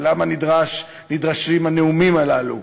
ולמה נדרשים הנאומים הללו,